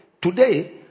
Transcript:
Today